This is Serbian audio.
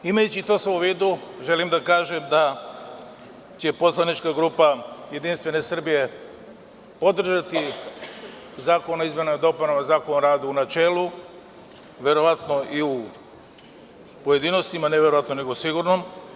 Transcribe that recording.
Imajući sve to u vidu, želim da kažem da će poslanička grupa JS podržati Zakon o izmenama i dopunama Zakona o radu u načelu, verovatno i u pojedinostima, ne verovatno, nego sigurno.